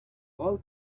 all